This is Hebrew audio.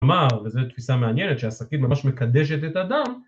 אמר, וזו תפיסה מעניינת, שהסכין ממש מקדשת את הדם